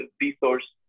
resource